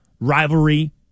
rivalry